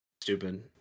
Stupid